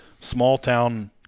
small-town